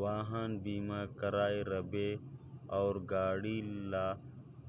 वाहन बीमा कराए रहिबे अउ गाड़ी ल